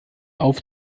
auf